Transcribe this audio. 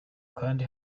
kandi